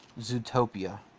Zootopia